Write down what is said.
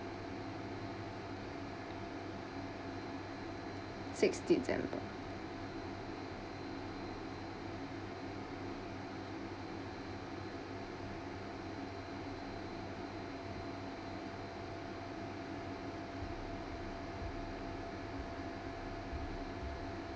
sixth december